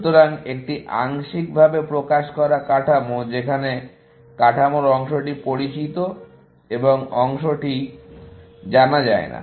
সুতরাং একটি আংশিকভাবে প্রকাশ করা কাঠামো যেখানে কাঠামোর অংশটি পরিচিত এবং অংশটি জানা যায় না